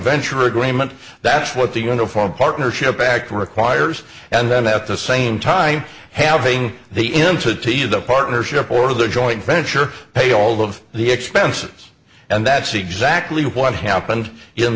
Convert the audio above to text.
venture agreement that's what the uniform partnership act requires and then at the same time having the entity of the partnership or the joint venture pay all of the expenses and that's exactly what happened in